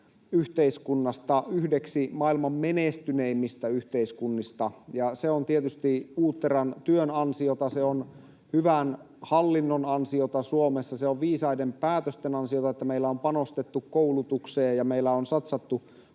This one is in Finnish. yhteiskunnasta yhdeksi maailman menestyneimmistä yhteiskunnista. Se on tietysti uutteran työn ansiota, se on hyvän hallinnon ansiota Suomessa, se on viisaiden päätösten ansiota, että meillä on panostettu koulutukseen ja meillä on satsattu